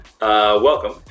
welcome